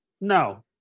No